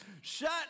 Shut